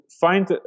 find